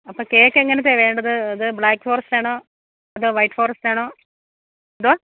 അപ്പം കേക്ക് എങ്ങനെത്തെയാ വേണ്ടത് അത് ബ്ലാക്ക് ഫോറെസ്റ്റ് ആണോ അതോ വൈറ്റ് ഫോറെസ്റ്റ് ആണോ എന്താ